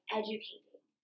educating